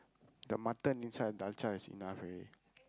the mutton inside the dalcha is enough already